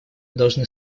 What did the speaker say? должны